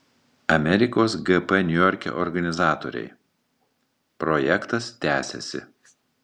amerikos gp niujorke organizatoriai projektas tęsiasi